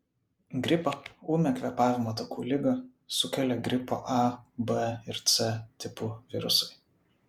gripą ūmią kvėpavimo takų ligą sukelia gripo a b ir c tipų virusai